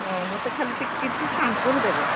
ହଁ ମୋତେ ଖାଲି ଟିକେ କିଛି ସାମ୍ପୁଲ୍ ଦେବେ